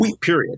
period